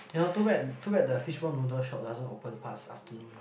cannot too bad too bad the fishball noodle shop doesn't open past afternoon